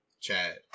Chad